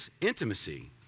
intimacy